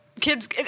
kids